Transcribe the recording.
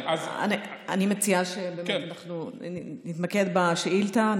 אני מציעה שבאמת אנחנו נתמקד בשאילתה.